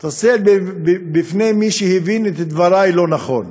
מתנצל בפני מי שהבין את דברי לא נכון.